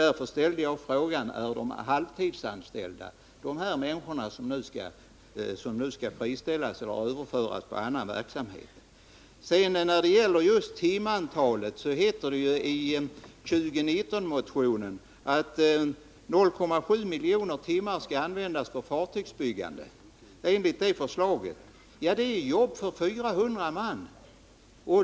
Därför ställde jag frågan: Är de halvtidsanställda, dessa människor som nu skall friställas eller överföras till annan verksamhet? I motion 2019 står det att 0,7 miljoner timmar skall användas för fartygsbyggande enligt motionens förslag. Ja, det är arbete för 400 man.